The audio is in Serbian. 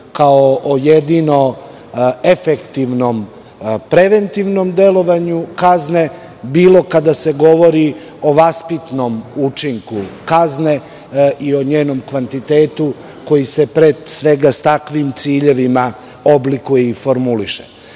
kao jedinom efektivnom preventivnom delovanju kazne, bilo kada se govori o vaspitnom učinku kazne i o njenom kvantitetu koji se pre svega sa takvim ciljevima oblikuje i formuliše. Mislim